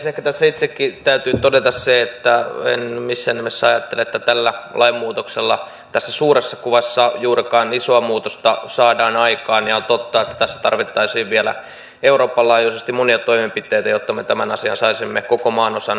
ehkä tässä itsekin täytyy todeta se että en missään nimessä ajattele että tällä lainmuutoksella tässä suuressa kuvassa juurikaan isoa muutosta saadaan aikaan ja on totta että tässä tarvittaisiin vielä euroopan laajuisesti monia toimenpiteitä jotta me tämän asian saisimme koko maanosana hallintaan